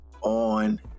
on